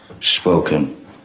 spoken